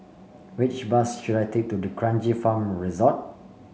which bus should I take to D'Kranji Farm Resort